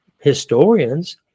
historians